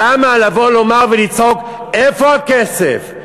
למה לבוא, לומר ולצעוק: איפה הכסף,